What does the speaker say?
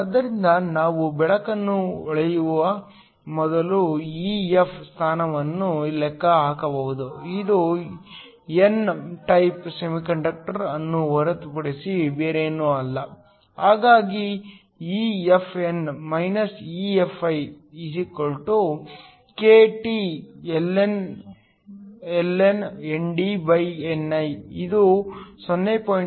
ಆದ್ದರಿಂದ ನಾವು ಬೆಳಕನ್ನು ಹೊಳೆಯುವ ಮೊದಲು EF ಸ್ಥಾನವನ್ನು ಲೆಕ್ಕ ಹಾಕಬಹುದು ಇದು ಎನ್ ಟೈಪ್ ಸೆಮಿಕಂಡಕ್ಟರ್ ಅನ್ನು ಹೊರತುಪಡಿಸಿ ಬೇರೇನೂ ಅಲ್ಲ ಹಾಗಾಗಿ ಇದು 0